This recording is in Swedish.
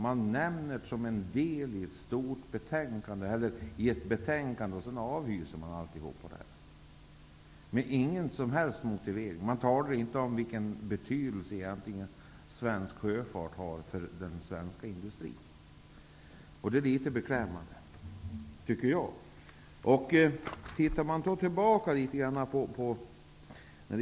Man nämner detta faktum i betänkandet, och så avvisar man förslagen utan någon som helst motivering. Man talar inte om vilken betydelse svensk sjöfart har för den svenska industrin, och det är litet beklämmande.